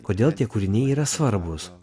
kodėl tie kūriniai yra svarbus